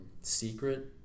secret